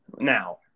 Now